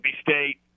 State